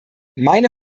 meine